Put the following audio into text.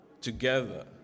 together